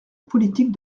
politique